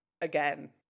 again